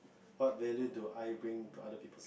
what really do I bring to other people